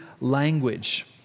language